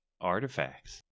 Artifacts